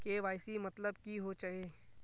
KYC मतलब की होचए?